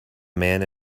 man